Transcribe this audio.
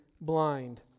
blind